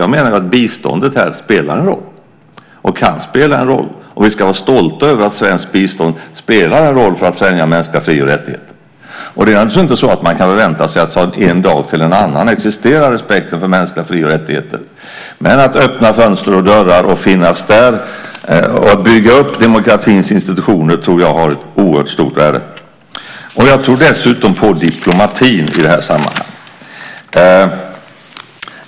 Här menar jag att biståndet spelar en roll och kan spela en roll. Vi ska vara stolta över att svenskt bistånd spelar en roll för att främja mänskliga fri och rättigheter. Man kan naturligtvis inte förvänta sig att respekten för mänskliga fri och rättigheter ska existera från en dag till en annan, men att öppna fönster och dörrar och finnas där och bygga upp demokratins institutioner tror jag har ett oerhört stort värde. Jag tror dessutom på diplomatin i det här sammanhanget.